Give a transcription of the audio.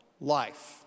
life